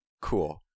Cool